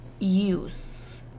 Use